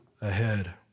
ahead